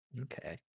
Okay